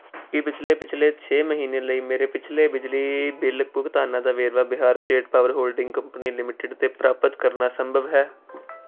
ਕੀ ਪਿਛਲੇ ਪਿਛਲੇ ਛੇ ਮਹੀਨੇ ਲਈ ਮੇਰੇ ਪਿਛਲੇ ਬਿਜਲੀ ਬਿੱਲ ਭੁਗਤਾਨਾਂ ਦਾ ਵੇਰਵਾ Bihar state power holding company limited 'ਤੇ ਪ੍ਰਾਪਤ ਕਰਨਾ ਸੰਭਵ ਹੈ